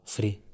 Free